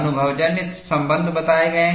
अनुभवजन्य संबंध बताए गए हैं